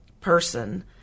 person